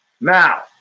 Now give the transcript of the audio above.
Now